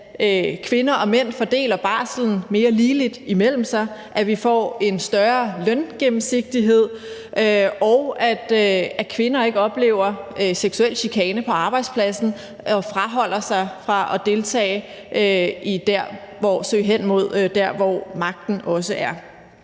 at kvinder og mænd fordeler barslen mere ligeligt imellem sig, at vi får en større løngennemsigtighed, og at kvinder ikke oplever seksuel chikane på arbejdspladsen og afholder sig fra at deltage og søge derhen, hvor magten også er.